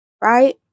Right